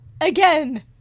Again